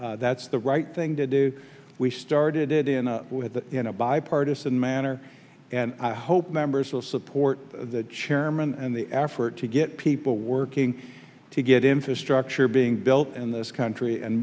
bill that's the right thing to do we started it in a bipartisan manner and i hope members will support the chairman and the effort to get people working to get infrastructure being built in this country and